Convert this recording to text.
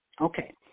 Okay